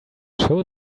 show